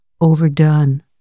overdone